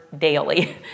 daily